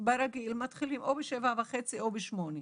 ברגיל מתחילים או ב-7:30 או ב-8:00,